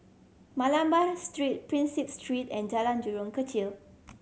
Malabar Street Prinsep Street and Jalan Jurong Kechil